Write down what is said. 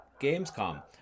Gamescom